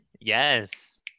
Yes